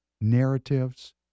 narratives